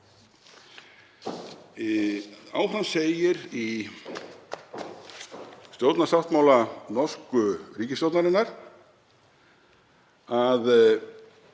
Áfram segir í stjórnarsáttmála norsku ríkisstjórnarinnar að